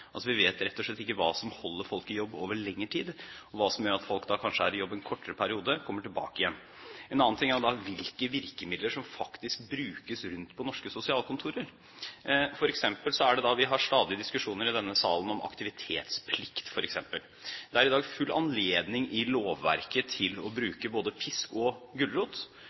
Vi vet rett og slett ikke hva som holder folk i jobb over lengre tid, hva som gjør at folk kanskje er i jobb en kortere periode og kommer tilbake igjen. En annen ting er hvilke virkemidler som faktisk brukes rundt på norske sosialkontorer. Vi har stadig diskusjoner i denne salen om f.eks. aktivitetsplikt. Det er i dag full anledning ifølge lovverket til å bruke både pisk og gulrot.